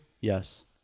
Yes